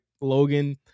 Logan